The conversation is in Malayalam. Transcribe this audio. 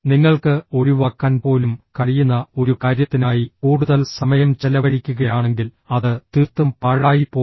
നിങ്ങൾക്ക് ഒഴിവാക്കാൻ പോലും കഴിയുന്ന ഒരു കാര്യത്തിനായി കൂടുതൽ സമയം ചെലവഴിക്കുകയാണെങ്കിൽ അത് തീർത്തും പാഴായിപ്പോകും